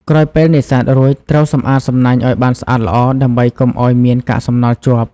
ក្រោយពេលនេសាទរួច ត្រូវសម្អាតសំណាញ់ឲ្យបានស្អាតល្អ ដើម្បីកុំឲ្យមានកាកសំណល់ជាប់។